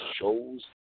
shows